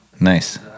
Nice